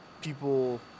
people